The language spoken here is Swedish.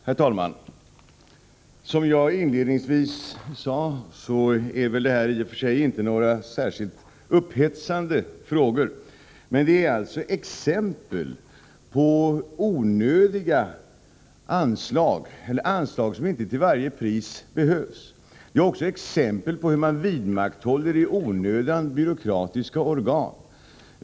Herr talman! Som jag inledningsvis sade är väl detta i och för sig inte några särskilt upphetsande frågor. Detta är exempel på anslag som inte till varje pris behövs. Det är också exempel på hur man i onödan vidmakthåller byråkratiska organ.